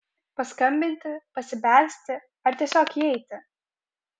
paskambinti pasibelsti ar tiesiog įeiti